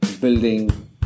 building